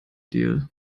deal